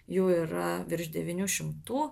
jų yra virš devynių šimtų